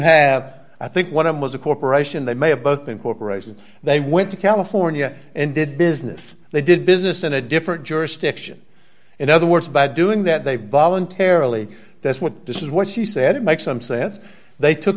have i think what i'm was a corporation that may have both been corporations they went to california and did business they did business in a different jurisdiction in other words by doing that they voluntarily that's what this is what she said it makes them say it's they took